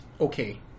okay